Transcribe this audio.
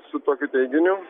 su tokiu teiginiu